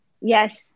Yes